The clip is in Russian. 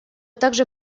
также